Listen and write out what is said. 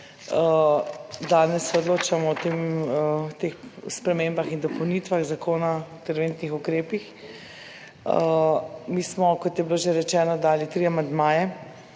danes se odločamo o tem, o teh spremembah in dopolnitvah Zakona o interventnih ukrepih. Mi smo, kot je bilo že rečeno, dali tri amandmaje.